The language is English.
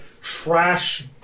trash